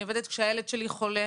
אני עובדת כשהילד שלי חולה.